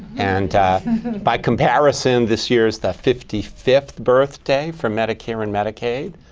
and by comparison, this year's the fifty fifth birthday for medicare and medicaid.